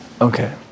Okay